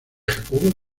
jacobo